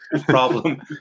problem